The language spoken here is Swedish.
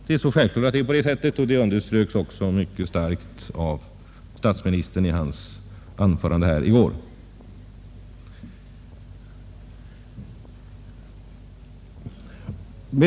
Det är självklart att det är på det sättet, och det underströks också mycket starkt av statsministern i hans anförande i går.